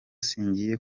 singiye